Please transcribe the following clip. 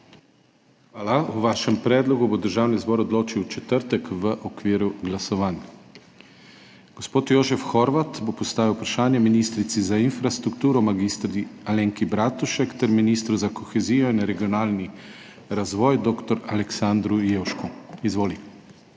Hvala. O vašem predlogu bo Državni zbor odločil v četrtek, v okviru glasovanj. Gospod Jožef Horvat bo postavil vprašanje ministrici za infrastrukturo mag. Alenki Bratušek ter ministru za kohezijo in regionalni razvoj dr. Aleksandru Jevšku. Izvoli.